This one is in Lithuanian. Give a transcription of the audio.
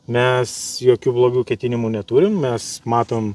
mes jokių blogų ketinimų neturim mes matom